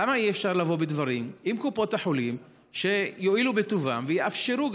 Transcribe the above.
למה אי-אפשר לבוא בדברים עם קופות החולים שיואילו בטובן ויאפשרו.